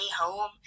home